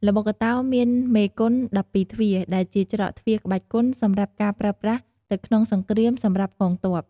ល្បុក្កតោ មានមេគុន ១២ទ្វារ ដែលជាច្រកទ្វារក្បាច់គុន សម្រាប់ការប្រើប្រាសទៅក្នុងសង្គ្រាមសម្រាប់កងទ័ព។